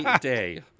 day